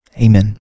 Amen